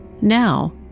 Now